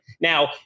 Now